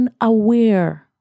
unaware